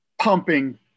pumping